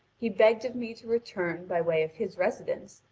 he begged of me to return by way of his residence,